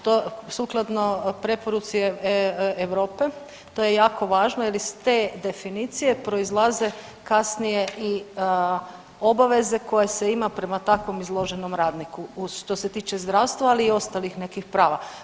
To sukladno preporuci Europe, to je jako važno jer iz te definicije proizlaze kasnije i obaveze koje se ima prema tako izloženom radniku što se tiče zdravstva, ali i ostalih nekih prava.